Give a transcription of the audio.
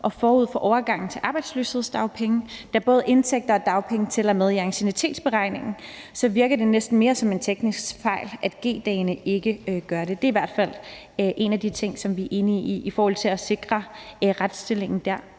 og forud for overgangen til arbejdsløshedsdagpenge, og da både indtægter og dagpenge tæller med i anciennitetsberegningen, så virker det næsten mere som en teknisk fejl, at G-dagene ikke gør det. Det er i hvert fald en af de ting, som vi er enige om, i forhold til at sikre retsstillingen.